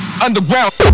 Underground